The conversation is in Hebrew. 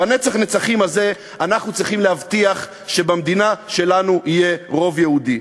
בנצח נצחים הזה אנחנו צריכים להבטיח שבמדינה שלנו יהיה רוב יהודי.